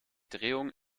drehung